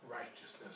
righteousness